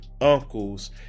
uncles